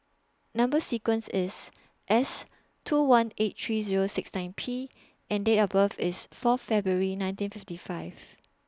Number sequence IS S two one eight three Zero six nine P and Date of birth IS four February nineteen fifty five